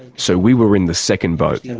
so we were in the second boat. and